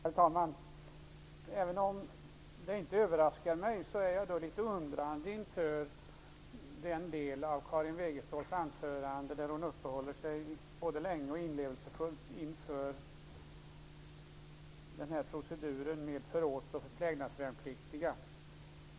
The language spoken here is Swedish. Herr talman! Även om det inte överraskar mig, är jag litet undrande inför den del av Karin Wegeståls anförande där hon uppehåller sig både länge och inlevelsefullt vid proceduren med förråds och förplägnadsvärnpliktiga.